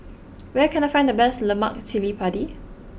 where can I find the best Lemak Cili Padi